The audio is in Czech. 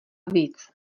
víc